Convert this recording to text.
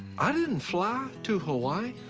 i didn't fly to hawaii.